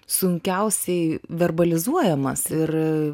sunkiausiai verbalizuojamas ir